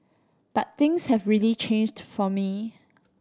but things have really changed for me